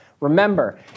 Remember